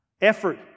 effort